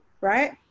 right